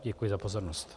Děkuji za pozornost.